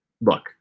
Look